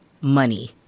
money